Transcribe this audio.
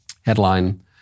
headline